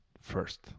first